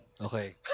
Okay